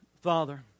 Father